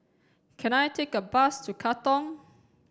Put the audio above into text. can I take a bus to Katong